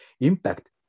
impact